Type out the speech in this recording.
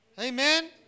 Amen